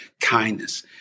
kindness